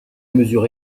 mesure